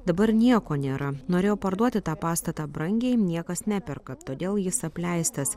dabar nieko nėra norėjo parduoti tą pastatą brangiai niekas neperka todėl jis apleistas